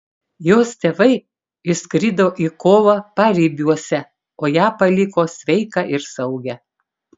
jos tėvai išskrido į kovą paribiuose o ją paliko sveiką ir saugią